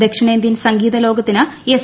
ദക്ഷിണേന്ത്യൻ സംഗീത ലോകത്തിന് എസ്